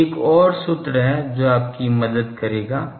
तो एक और सूत्र है जो आपकी मदद करेगा